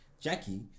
Jackie